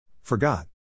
Forgot